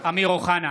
אמיר אוחנה,